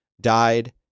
died